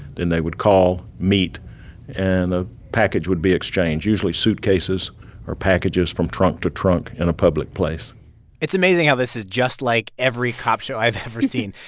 then they would call, meet and a package would be exchanged usually suitcases or packages from trunk to trunk, in a public place it's amazing how this is just like every cop show i've ever seen,